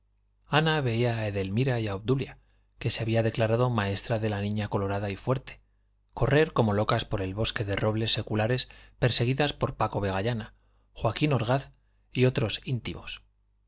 edelmira y a obdulia que se había declarado maestra de la niña colorada y fuerte correr como locas por el bosque de robles seculares perseguidas por paco vegallana joaquín orgaz y otros íntimos